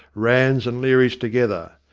ranns and learys together.